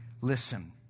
listen